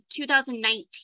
2019